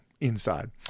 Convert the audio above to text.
inside